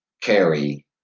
carry